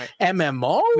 MMO